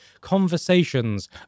conversations